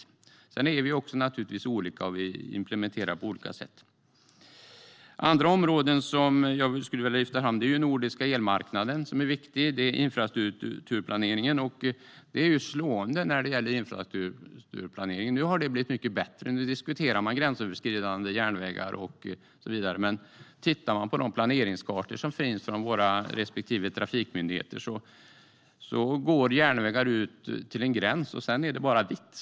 Naturligtvis är vi också olika, och vi implementerar på olika sätt. Andra viktiga områden som jag skulle vilja lyfta fram är den nordiska elmarknaden och infrastrukturplaneringen. Infrastrukturplaneringen har blivit mycket bättre, för nu diskuterar man gränsöverskridande järnvägar och så vidare, men tittar vi på planeringskartorna från våra respektive trafikmyndigheter ser vi ofta att järnvägar går ut till en gräns, och sedan är det bara vitt.